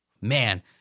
Man